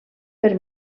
per